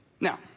Now